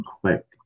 quick